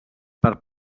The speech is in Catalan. per